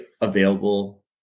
available